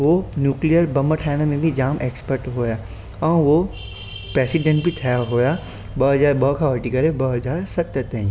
उहे nuclear bomb ठाहिण में बि जाम एक्सपर्ट हुया ऐं उहो प्रैसिडेंट बि थिया हुया ॿ हज़ार ॿ खां वठी करे ॿ हज़ार सत ताईं